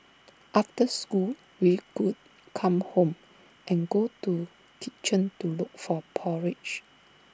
after school we could come home and go to kitchen to look for porridge